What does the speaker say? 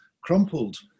crumpled